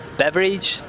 beverage